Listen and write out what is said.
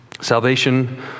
Salvation